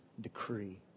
decree